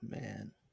man